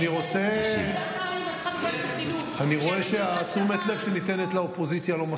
את צריכה לחינוך, כשהם מגיעים לצבא זה כבר מאוחר.